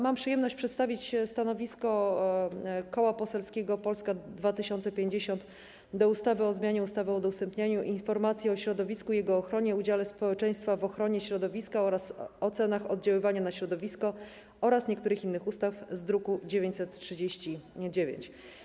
Mam przyjemność przedstawić stanowisko Koła Poselskiego Polska 2050 wobec projektu ustawy o zmianie ustawy o udostępnianiu informacji o środowisku i jego ochronie, udziale społeczeństwa w ochronie środowiska oraz o ocenach oddziaływania na środowisko oraz niektórych innych ustaw z druku nr 939.